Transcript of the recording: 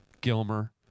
Gilmer